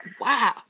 Wow